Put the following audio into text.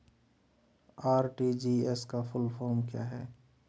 RTGS का full form क्या है?